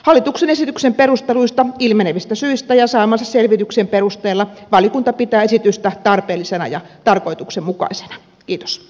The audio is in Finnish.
hallituksen esityksen perusteluista ilmenevistä syistä ja saamansa selvityksen perusteella valiokunta pitää esitystä tarpeellisena ja tarkoituksenmukaisena